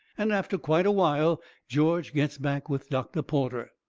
and after quite a while george gets back with doctor porter.